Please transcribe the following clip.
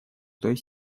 той